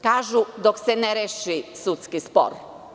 Kažu – dok se ne reši sudski spor.